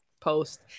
post